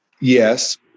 Yes